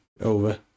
over